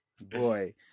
Boy